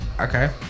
okay